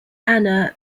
anna